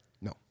No